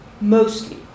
Mostly